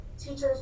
teachers